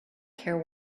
care